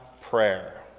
prayer